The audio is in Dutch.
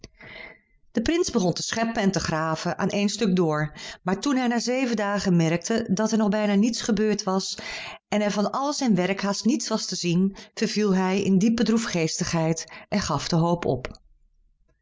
de prins begon te scheppen en te graven aan één stuk door maar toen hij na zeven dagen merkte dat er nog bijna niets gebeurd was en er van al zijn werk haast niets was te zien verviel hij in diepe droefgeestigheid en gaf de hoop op